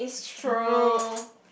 true